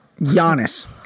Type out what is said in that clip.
Giannis